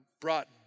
brought